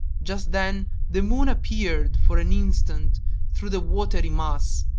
just then the moon appeared for an instant through the watery mass,